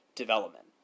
development